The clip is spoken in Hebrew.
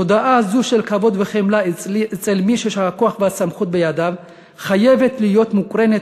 תודעה זו של כבוד וחמלה אצל מי שהכוח והסמכות בידיו חייבת להיות מוקרנת,